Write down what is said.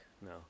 no